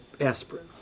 aspirin